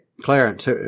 Clarence